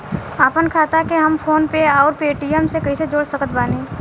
आपनखाता के हम फोनपे आउर पेटीएम से कैसे जोड़ सकत बानी?